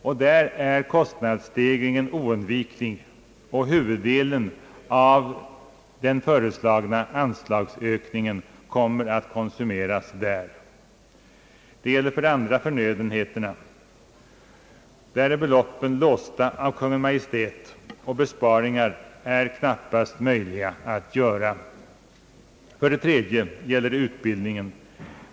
På denna punkt är en kostnadsstegring oundviklig, och huvuddelen av den föreslagna anslagsökningen kommer att konsumeras där. Det gäller för det andra förnödenheterna, beträffande vilka beloppen är låsta av Kungl. Maj:t och besparingar knappast är möjliga att göra. Det gäller för det tredje utbildningen.